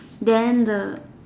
then the